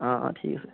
অঁ অঁ ঠিক আছে